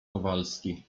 kowalski